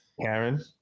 Karen